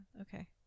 okay